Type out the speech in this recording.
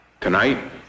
Tonight